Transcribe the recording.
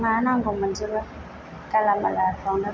मा नांगौ मोनजोबो गालामाला फ्रावनो